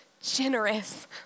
generous